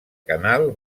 canal